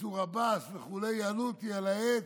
מנסור עבאס וכו' יעלו אותי על העץ,